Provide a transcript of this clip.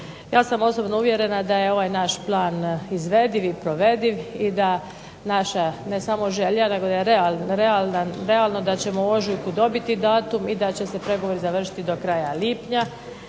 Ja sam osobno uvjerena da je ovaj naš plan izvediv i provediv i da naša ne samo želja nego i realno da ćemo u ožujku dobiti datum i da će se pregovori završiti do kraja lipnja.